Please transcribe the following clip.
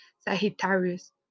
Sagittarius